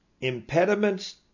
impediments